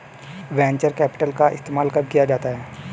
Venture capital का इस्तेमाल कब किया जाता है?